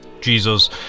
Jesus